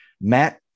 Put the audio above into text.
Matt